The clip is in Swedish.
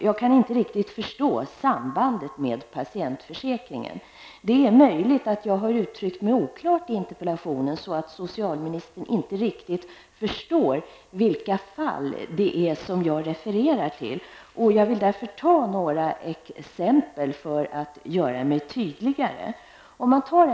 Jag kan inte riktigt förstå sambandet med patientförsäkringen. Det är möjligt att jag uttryckte mig oklart i interpellationen så att socialministern inte riktigt förstått vilka fall det är som jag refererar till. Jag vill därför ta några exempel för att göra det hela tydligare.